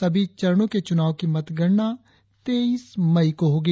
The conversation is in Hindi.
सभी चरणों के चुनाव की मतगणना तेईस मई को होगी